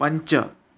पञ्च